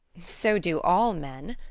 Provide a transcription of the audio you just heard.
so do all men,